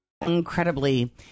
incredibly